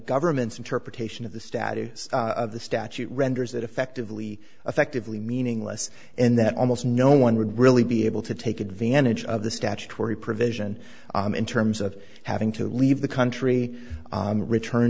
government's interpretation of the status of the statute renders it effectively effectively meaningless and that almost no one would really be able to take advantage of the statutory provision in terms of having to leave the country return